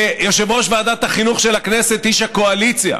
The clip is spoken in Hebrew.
שיושב-ראש ועדת החינוך של הכנסת, איש הקואליציה,